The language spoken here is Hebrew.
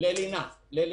ללינה בחדר.